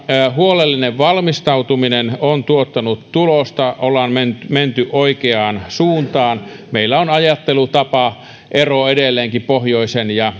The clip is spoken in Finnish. huolellinen valmistautuminen on tuottanut tulosta ollaan menty menty oikeaan suuntaan meillä on ajattelutapaero edelleenkin pohjoisen ja